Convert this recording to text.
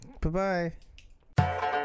Bye-bye